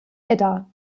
edda